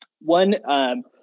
One